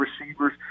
receivers